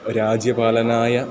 राज्यपालनाय